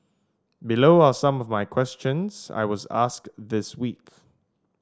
below are some of my questions I was asked this week